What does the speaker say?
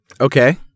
Okay